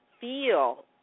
feel